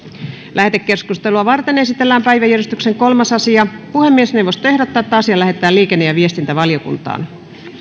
lähetekeskustelua varten esitellään päiväjärjestyksen kolmas asia puhemiesneuvosto ehdottaa että asia lähetetään liikenne ja viestintävaliokuntaan